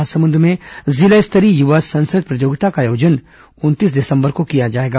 महासमुंद में जिला स्तरीय युवा संसद प्रतियोगिता का आयोजन उनतीस दिसंबर को किया जाएगा